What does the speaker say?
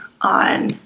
on